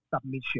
submission